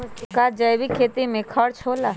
का जैविक खेती में कम खर्च होला?